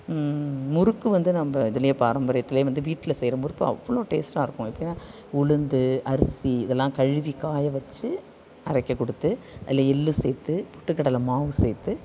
முறுக்கு வந்து நம்ம இதில் பாரம்பரியத்தில் வந்து வீட்டில் செய்கிற முறுக்கு அவ்வளோ டேஸ்ட்டாக இருக்கும் எப்போவும் உளுந்து அரிசி இதலாம் கழுவி காய வச்சு அரைக்க கொடுத்து அதில் எள்ளு சேர்த்து பொட்டுக்கடலை மாவு சேர்த்து